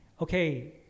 okay